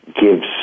gives